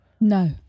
No